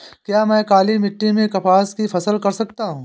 क्या मैं काली मिट्टी में कपास की फसल कर सकता हूँ?